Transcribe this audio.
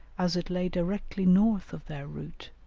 as it lay directly north of their route,